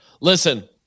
Listen